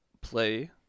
play